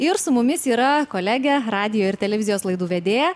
ir su mumis yra kolegė radijo ir televizijos laidų vedėja